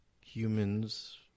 humans